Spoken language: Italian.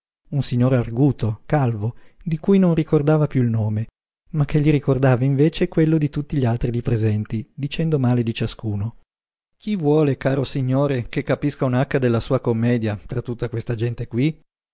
un signore arguto calvo di cui non ricordava piú il nome ma che gli ricordava invece quello di tutti gli altri lí presenti dicendo male di ciascuno chi vuole caro signore che capisca un'acca della sua commedia tra tutta questa gente qui